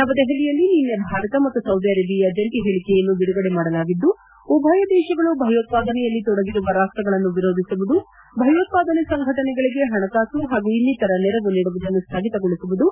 ನವದೆಹಲಿಯಲ್ಲಿ ನಿನ್ನೆ ಭಾರತ ಮತ್ತು ಸೌದಿ ಅರೇಬಿಯಾ ಜಂಟಿ ಹೇಳಿಕೆಯನ್ನು ಬಿಡುಗಡೆ ಮಾಡಲಾಗಿದ್ದು ಉಭಯ ದೇಶಗಳು ಭಯೋತ್ಸಾದನೆಯಲ್ಲಿ ತೊಡಗಿರುವ ರಾಷ್ಟ್ರಗಳನ್ನು ವಿರೋಧಿಸುವುದು ಭಯೋತ್ವಾದನೆ ಸಂಘಟನೆಗಳಿಗೆ ಹಣಕಾಸು ಹಾಗೂ ಇನ್ನಿತರ ನೆರವು ನೀಡುವುದನ್ನು ಸ್ಥಗಿತಗೊಳಿಸುವುದು